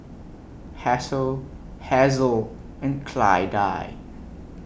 Hasel Hazle and Clydie